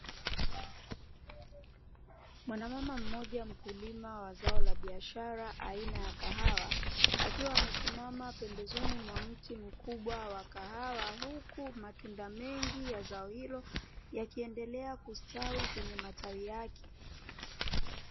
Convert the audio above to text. Mwanamama mmoja mkulima wa zao la biashara aina ya kahawa akiwa amesimama pembezoni mwa mti mkubwa wa kahawa, huku matunda mengi ya zao hilo yakiendelea kustawi kwenye matawi yake.